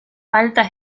falta